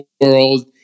world